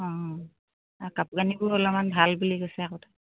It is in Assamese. অঁ কাপোৰ কানিবোৰ অলপমান ভাল বুলি কৈছে আকৌ তাত